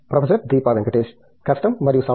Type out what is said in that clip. professor Deepa Venkatesh కష్టం మరియు సవాలు